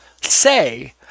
say